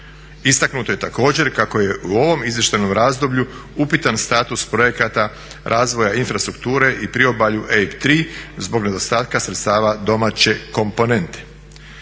Istaknuto je također kako je u ovom izvještajnom razdoblju upitan status projekata razvoja infrastrukture i priobalju EIB 3 zbog nedostatka sredstava domaće komponente.